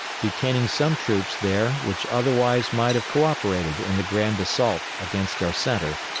detaining some troops there which otherwise might have co-operated in the grand assault against our centre.